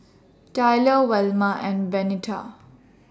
Tyler Velma and Benita